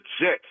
Jets